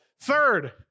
third